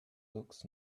looks